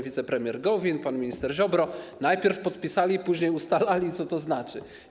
Wicepremier Gowin i pan minister Ziobro najpierw podpisali, a później ustalali, co to znaczy.